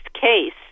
case